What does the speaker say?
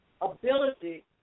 ability